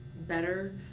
better